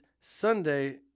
Sunday